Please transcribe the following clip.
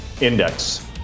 index